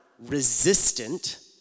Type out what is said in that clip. resistant